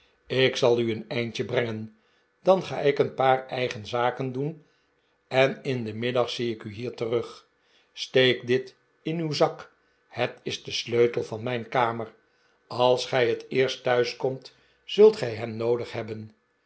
ik zal u een eindje brengen dan ga ik een paar eigen zaken doen en in den middag zie ik u hier terug steek dit in uw zak het is de sleutel van mijn kamer als gij het eerst thuis komt zult gij hem noodig hebben